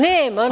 Ne…